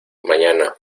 mañana